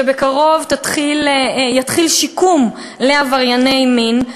שבקרוב יתחיל שיקום לעברייני מין,